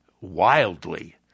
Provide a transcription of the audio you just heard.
wildly